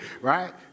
right